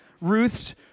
Ruth's